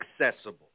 accessible